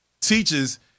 teaches